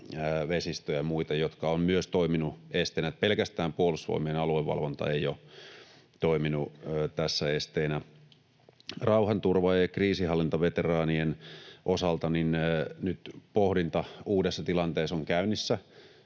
vesistöjä ja muita, jotka ovat myös toimineet esteenä, eli pelkästään Puolustusvoimien aluevalvonta ei ole toiminut tässä esteenä. Rauhanturva- ja kriisinhallintaveteraanien osalta pohdinta uudessa tilanteessa on käynnissä,